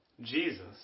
Jesus